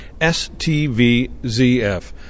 STVZF